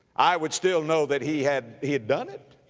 i would still know that he had, he had done it.